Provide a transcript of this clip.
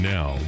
Now